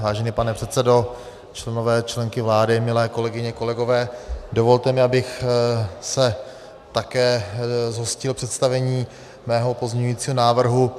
Vážený pane předsedo, členové a členky vlády, milé kolegyně, kolegové, dovolte mi, abych se také zhostil představení svého pozměňovacího návrhu.